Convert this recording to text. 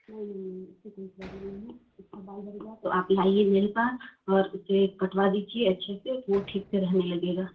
नहीं नहीं उससे कोई प्रॉब्लम नहीं है उसका बाल झड़ेगा तो आप लाइए मेरे पास और उसे कटवा दीजिए अच्छे से वो ठीक से रहने लगेगा